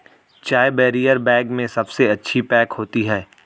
चाय barrier bag में सबसे अच्छी पैक होती है